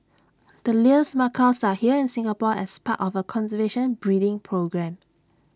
the Lear's macaws are here in Singapore as part of A conservation breeding programme